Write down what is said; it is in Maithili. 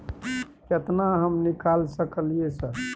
केतना हम निकाल सकलियै सर?